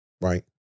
right